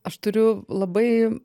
aš turiu labai